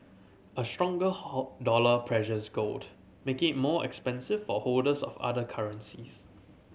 a stronger how dollar pressures gold making it more expensive for holders of other currencies